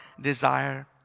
desire